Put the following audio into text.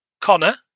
Connor